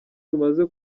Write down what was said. tumaze